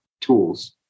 tools